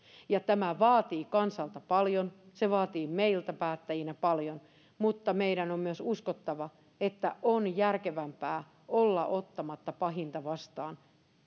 tämä vaatii kansalta paljon se vaatii meiltä päättäjinä paljon mutta meidän on myös uskottava että on järkevämpää olla ottamatta pahinta vastaan